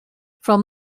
from